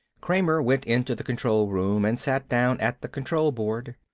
kramer went into the control room and sat down at the control board.